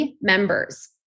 members